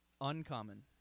Uncommon